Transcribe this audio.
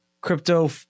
crypto